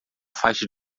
faixa